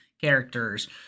characters